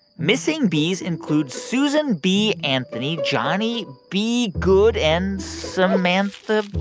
missing bees include susan bee anthony, johnny bee goode and samantha bee.